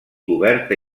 coberta